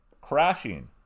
crashing